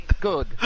Good